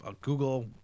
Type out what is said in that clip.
Google